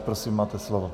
Prosím máte slovo.